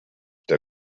der